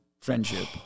friendship